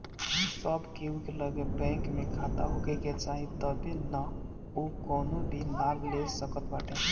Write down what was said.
सब केहू के लगे बैंक में खाता होखे के चाही तबे नअ उ कवनो भी लाभ ले सकत बाटे